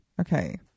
Okay